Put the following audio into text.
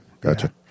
gotcha